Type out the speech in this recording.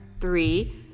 three